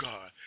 God